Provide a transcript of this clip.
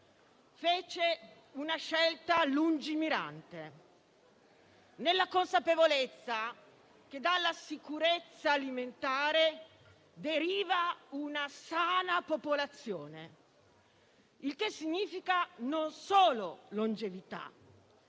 fece una scelta lungimirante, nella consapevolezza che dalla sicurezza alimentare deriva una sana popolazione. Ciò significa non solo longevità,